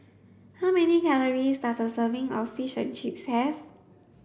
how many calories does a serving of Fish and Chips have